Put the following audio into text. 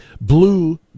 blue